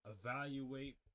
evaluate